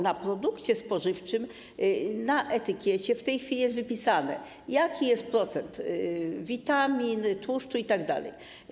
Na produkcie spożywczym na etykiecie w tej chwili jest wypisane, jaki jest procent witamin, tłuszczów itd.